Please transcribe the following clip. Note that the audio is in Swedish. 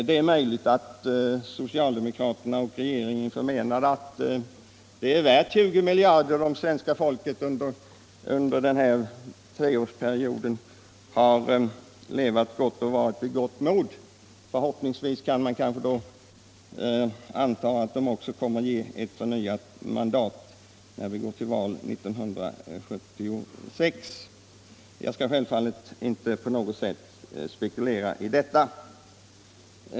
Det är möjligt att socialdemokraterna och regeringen förmenar att det är värt 20 miljarder kronor om svenska folket under den här treårsperioden har levat gott och varit vid gott mod. Förhoppningsvis kan man kanske då anta att det också kommer att ge ett förnyat mandat när vi går till val 1976. Jag skall självfallet inte på något sätt spekulera i detta.